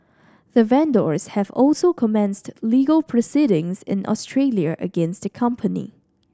the vendors have also commenced legal proceedings in Australia against the company